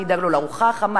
מי ידאג לו לארוחה החמה,